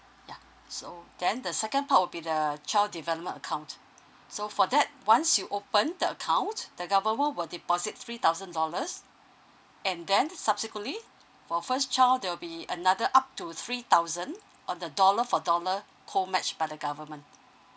yeah so then the second part will be the child development account so for that once you open the account the government will deposit three thousand dollars and then subsequently for first child there'll be another up to three thousand on the dollar for dollar co match by the government